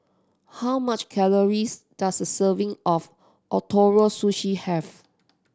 how much calories does a serving of Ootoro Sushi have